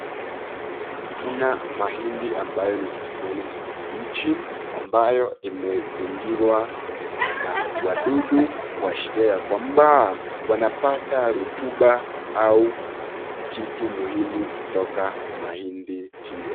Mna mahindi ambayo ni ya kijani kibichi ambayo imezingirwa na wadudu kwashiria ya kwamba wanapata rutuba au kitu muhimu kutoka mahindi hiyo.